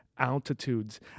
Altitudes